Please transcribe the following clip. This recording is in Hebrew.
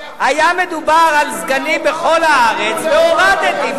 היה מדובר על סגנים בכל הארץ והורדתי,